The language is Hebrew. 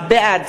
בעד